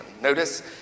Notice